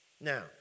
Now